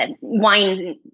wine